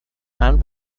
and